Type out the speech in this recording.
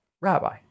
rabbi